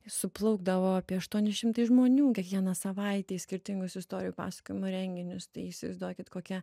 suplaukdavo apie aštuoni šimtai žmonių kiekvieną savaitę į skirtingus istorijų pasakojimų renginius tai įsivaizduokit kokia